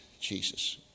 Jesus